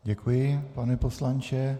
Děkuji, pane poslanče.